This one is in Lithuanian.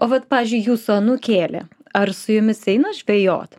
o vat pavyzdžiui jūsų anūkėlė ar su jumis eina žvejot